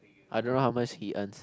I don't know how much he earns